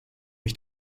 ich